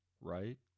right